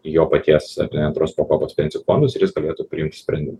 į jo paties ar ne antros pakopos pensijų fondus ir jis galėtų priimt sprendimą